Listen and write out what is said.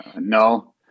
No